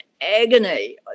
agony